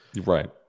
right